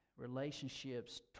Relationships